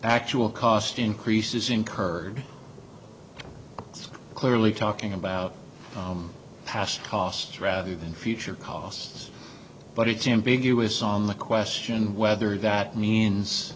actual cost increases incurred clearly talking about past costs rather than future costs but exam big us on the question whether that means